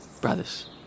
Brothers